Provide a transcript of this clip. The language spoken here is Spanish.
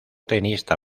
tenista